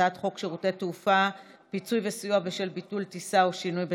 הצעת חוק שירותי תעופה (פיצוי וסיוע בשל ביטול טיסה או שינוי בתנאיה)